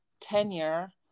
tenure